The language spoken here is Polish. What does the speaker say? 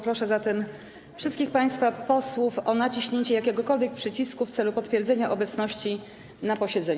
Proszę zatem wszystkich państwa posłów o naciśnięcie jakiegokolwiek przycisku w celu potwierdzenia obecności na posiedzeniu.